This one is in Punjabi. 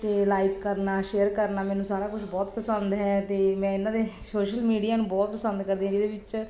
ਅਤੇ ਲਾਈਕ ਕਰਨਾ ਸ਼ੇਅਰ ਕਰਨਾ ਮੈਨੂੰ ਸਾਰਾ ਕੁਛ ਬਹੁਤ ਪਸੰਦ ਹੈ ਅਤੇ ਮੈਂ ਇਹਨਾਂ ਦੇ ਸ਼ੋਸ਼ਲ ਮੀਡੀਆ ਨੂੰ ਬਹੁਤ ਪਸੰਦ ਕਰਦੀ ਹਾਂ ਜਿਹਦੇ ਵਿੱਚ